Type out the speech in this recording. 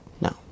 no